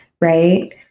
right